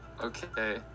Okay